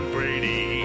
Brady